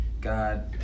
God